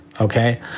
okay